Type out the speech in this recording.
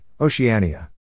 Oceania